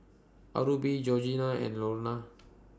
Aubree Georgina and Louanna